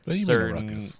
Certain